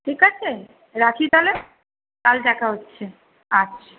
ঠিক আছে রাখি তাহলে কাল দেখা হচ্ছে আচ্ছা